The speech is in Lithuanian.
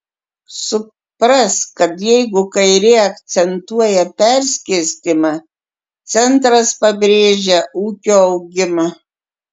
suprask kad jeigu kairė akcentuoja perskirstymą centras pabrėžia ūkio augimą